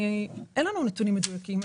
אין לנו נתונים מדויקים.